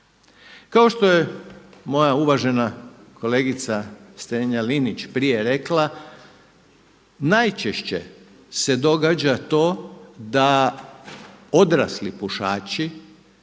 Kao što je moja uvažena kolegica Strenja-Linić prije rekla, najčešće se događa to da odrasli pušači